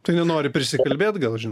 tai nenori prisikalbėt gal žinot